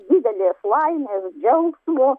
didelės laimės džiaugsmo